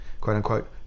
quote-unquote